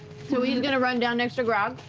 so he's going to run down next to grog.